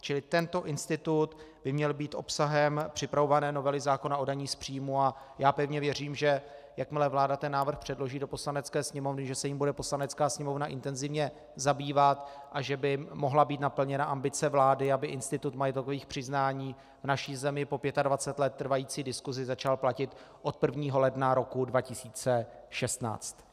Čili tento institut by měl být obsahem připravované novely zákona o dani z příjmů a já pevně věřím, že jakmile vláda ten návrh předloží do Poslanecké sněmovny, že se jím bude Poslanecká sněmovna intenzivně zabývat a že by mohla být naplněna ambice vlády, aby institut majetkových přiznání v naší zemi po 25 let trvající diskusi začal platit od 1. ledna roku 2016.